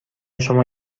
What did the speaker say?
شما